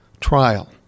trial